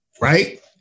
right